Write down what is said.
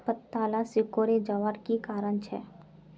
पत्ताला सिकुरे जवार की कारण छे?